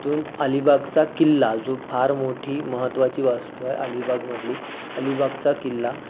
तिथून अलिबागचा किल्ला जी फार मोठी महत्वाची वास्तू आहे अलिबागमधली अलिबागचा किल्ला